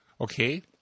Okay